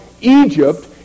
Egypt